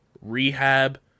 rehab